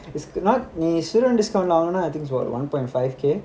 it's not ni~ student discount ஆகணும்னா:aganumna I think is about one point five K